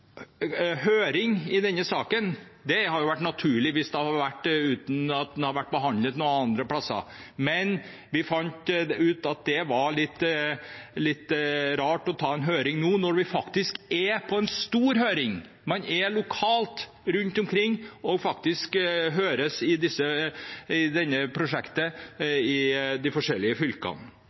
høring i denne saken hadde vært naturlig hvis den ikke skulle behandles noen andre steder, men vi fant ut at det var litt rart å ta en høring nå når vi faktisk er på en stor høring, man er rundt omkring lokalt, og prosjektet er på høring i de forskjellige fylkene.